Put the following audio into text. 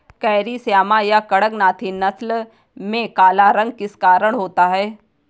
Carry Shyama या कड़कनाथी नस्ल में काला रंग किस कारण होता है?